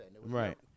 Right